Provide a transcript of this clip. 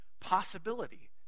possibility